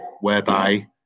whereby